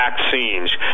vaccines